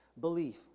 Belief